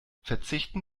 verzichten